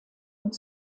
und